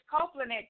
Copeland